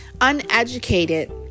uneducated